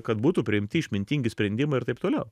kad būtų priimti išmintingi sprendimai ir taip toliau